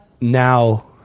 now